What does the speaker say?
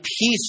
peace